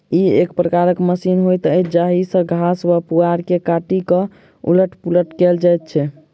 ई एक प्रकारक मशीन होइत अछि जाहि सॅ घास वा पुआर के काटि क उलट पुलट कयल जाइत छै